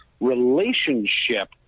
relationship